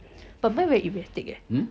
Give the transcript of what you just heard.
but mine very erratic eh